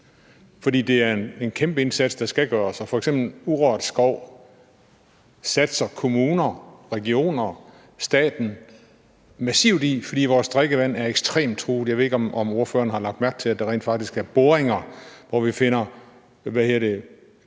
For det er en kæmpe indsats, der skal gøres. Og f.eks. urørt skov satser kommunerne, regionerne og staten massivt på, fordi vores drikkevand er ekstremt truet. Jeg ved ikke, om ordføreren har lagt mærke til, at der rent faktisk er boringer, hvor vi finder – hvad hedder det